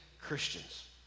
Christians